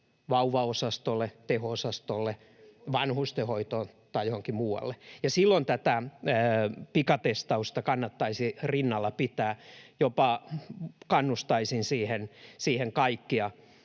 vauvaosastolle, teho-osastolle, vanhustenhoitoon tai johonkin muualle — ja silloin tätä pikatestausta kannattaisi rinnalla pitää. Jopa kannustaisin siihen kaikkia